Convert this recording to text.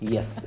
Yes